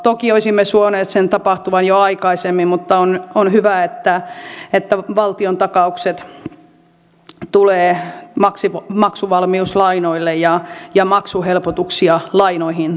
toki olisimme suoneet sen tapahtuvan jo aikaisemmin mutta on hyvä että valtiontakaukset tulevat maksuvalmiuslainoille ja maksuhelpotuksia lainoihin tulee